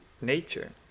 nature